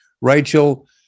Rachel